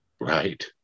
Right